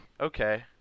Okay